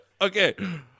Okay